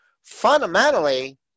Fundamentally